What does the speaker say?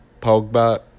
Pogba